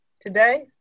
today